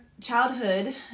Childhood